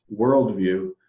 worldview